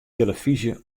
tillefyzje